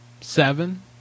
Seven